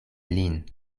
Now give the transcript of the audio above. lin